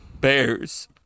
Bears